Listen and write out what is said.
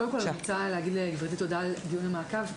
קודם כל אני רוצה להגיד לגברתי תודה על דיון המעקב,